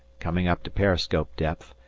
coming up to periscope depth,